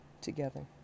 together